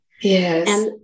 Yes